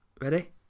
Ready